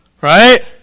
right